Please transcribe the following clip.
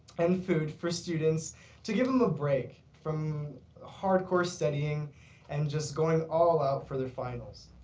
and food for students to give them a break from hardcore studying and just going all out for their finals.